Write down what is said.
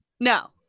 No